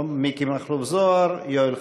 מיקי מכלוף זוהר, יואל חסון.